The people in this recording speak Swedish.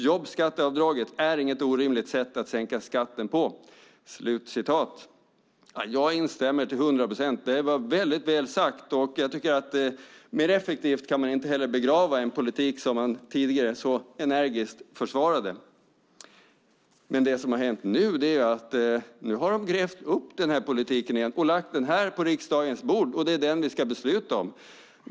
Jobbskatteavdraget är inget orimligt sätt att sänka skatten på. Jag instämmer till hundra procent. Det var väldigt bra sagt. Mer effektivt kan man inte heller begrava en politik, tycker jag, som man tidigare så energiskt försvarade. Men det som har hänt nu är att man har grävt upp den här politiken igen och lagt den på riksdagens bord, och det är den vi ska besluta om.